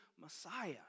Messiah